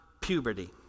puberty